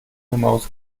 numerus